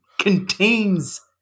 contains